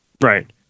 Right